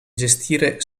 gestire